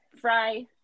fry